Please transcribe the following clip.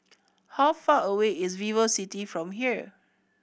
how far away is VivoCity from here